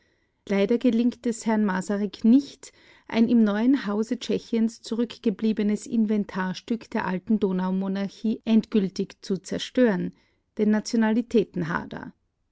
leider gelingt es herrn masaryk nicht ein im neuen hause tschechiens zurückgebliebenes inventarstück der alten donaumonarchie endgültig zu zerstören den nationalitätenhader